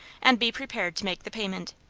and be prepared to make the payment.